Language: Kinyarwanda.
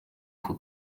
ako